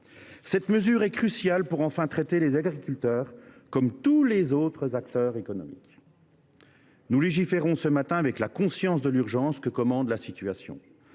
Cette mesure est cruciale pour enfin traiter les agriculteurs comme tous les autres acteurs économiques. Nous légiférons ce matin avec la conscience de l’urgence que commande la situation